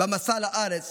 במסע לארץ